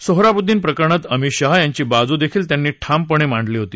सोहराबुद्दीन प्रकरणात अमित शहा यांची बाजू देखील त्यांनी ठाम पणे मांडली होती